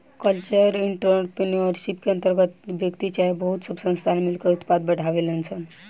cultural entrepreneurship के अंतर्गत व्यक्ति चाहे बहुत सब संस्थान मिलकर उत्पाद बढ़ावेलन सन